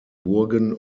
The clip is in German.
burgen